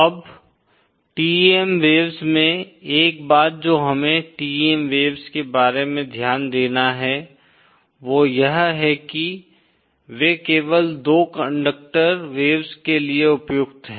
अब TEM waves में एक बात जो हमें TEM वेव्स के बारे में ध्यान देना है वो यह है की वे केवल 2 कंडक्टर वेव्स के लिए उपयुक्त हैं